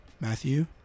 Matthew